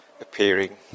appearing